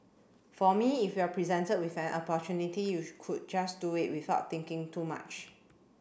for me if you are presented with an opportunity you could just do it without thinking too much